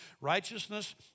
righteousness